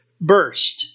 burst